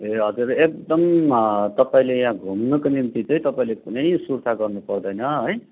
ए हजुर एकदम तपाईँले यहाँ घुम्नुको निम्ति चाहिँ तपाईँले कुनै सुर्ता गर्नु पर्दैन है